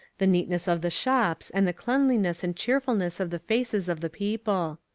the neatness of the shops and the cleanliness and cheerfulness of the faces of the people.